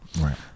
Right